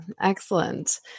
Excellent